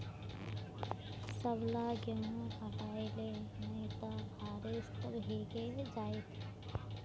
सबला गेहूं हटई ले नइ त बारिशत भीगे जई तोक